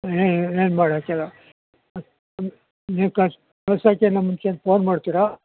ಇನ್ನೇನು ಇನ್ನೇನು ಮಾಡೋಕ್ಕಿಲ್ಲ ನೀವು ಕಳಿಸ ಕಳ್ಸಕ್ಕಿಂತ ಮುಂಚೆ ಫೋನ್ ಮಾಡ್ತೀರಾ